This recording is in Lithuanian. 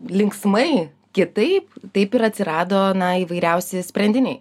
linksmai kitaip taip ir atsirado na įvairiausi sprendiniai